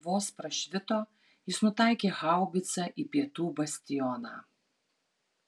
vos prašvito jis nutaikė haubicą į pietų bastioną